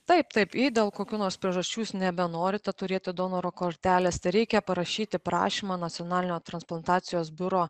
taip taip jei dėl kokių nors priežasčių jūs nebenorite turėti donoro kortelės tereikia parašyti prašymą nacionalinio transplantacijos biuro